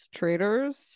traders